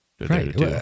Right